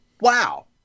wow